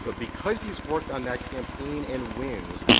ah because he's worked on that campaign and wins,